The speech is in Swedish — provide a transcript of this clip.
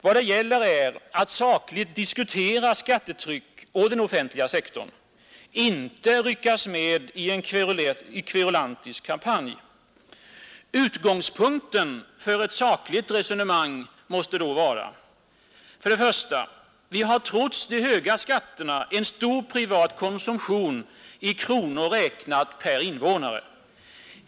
Vad det gäller är att sakligt diskutera skattetrycket och den offentliga sektorn, inte ryckas med i en kverulantisk kampanj. 107 Utgångspunkten för ett sakligt resonemang måste då vara: 1. Vi har trots de höga skatterna en stor privat konsumtion i kronor räknat per invånare.